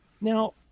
now